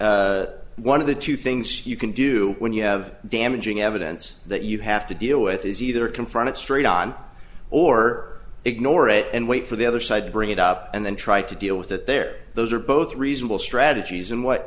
what one of the two things you can do when you have damaging evidence that you have to deal with is either confront it straight on or ignore it and wait for the other side to bring it up and then try to deal with that there those are both reasonable strategies and what